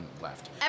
left